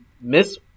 miss